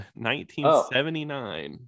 1979